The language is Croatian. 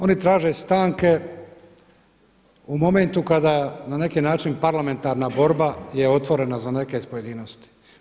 Oni traže stanke u momentu kada na neki način parlamentarna borba je otvorena za neke pojedinosti.